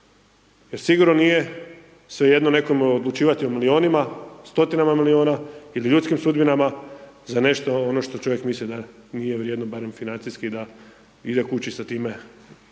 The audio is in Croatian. Jer sigurno nije svejedno nekome odlučivati o milijunima, stotinama milijuna ili ljudskim sudbinama za nešto ono što čovjek misli da nije vrijedno, barem financijski da ide kući sa time